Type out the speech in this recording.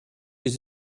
les